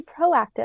proactive